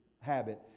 habit